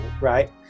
right